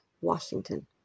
Washington